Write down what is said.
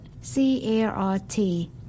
C-A-R-T